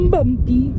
Bumpy